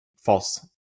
False